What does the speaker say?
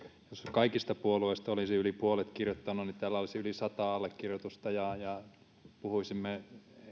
kaikista puolueista olisi yli puolet allekirjoittanut niin täällä olisi yli sata allekirjoitusta ja puhuisimme